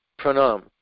Pranam